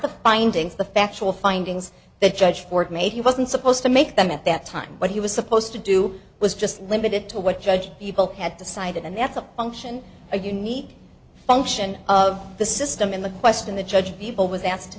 the findings the factual findings that judge ford made he wasn't supposed to make them at that time but he was supposed to do was just limited to what judge people had decided and that's a function or you need a function of the system in the question the judge people was asked to